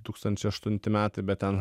tūkstančiai aštunti metai bet ten